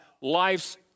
life's